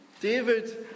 David